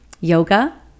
Yoga